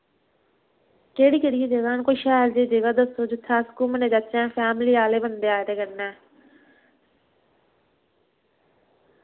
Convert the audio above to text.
केह्ड़ी केह्ड़ियां जगह न कोई शैल जेही जगह् दस्सो जित्थै अस घूमने जाचै फैमली आह्ले बंदे आए दे कन्नै